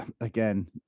again